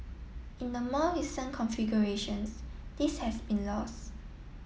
in the more recent configurations this has been lost